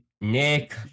Nick